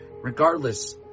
Regardless